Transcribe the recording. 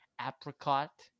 apricot